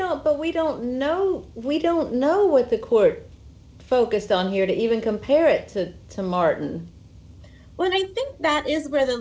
know but we don't know we don't know what the court focused on here to even compare it to to martin when i think that is where the